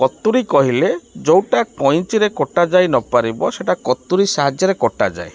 କତୁରୀ କହିଲେ ଯେଉଁଟା କଇଁଚିରେ କଟାଯାଇ ନ ପାରିବ ସେଇଟା କତୁରୀ ସାହାଯ୍ୟରେ କଟାଯାଏ